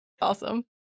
Awesome